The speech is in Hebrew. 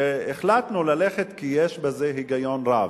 שהחלטנו ללכת, כי יש בזה היגיון רב.